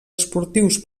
esportius